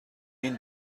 این